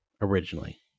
originally